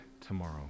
tomorrow